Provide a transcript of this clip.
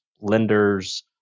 lenders